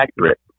accurate